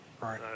Right